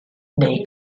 neu